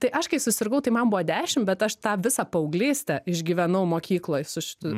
tai aš kai susirgau tai man buvo dešimt bet aš tą visą paauglystę išgyvenau mokykloj su šitu